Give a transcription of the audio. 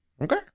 Okay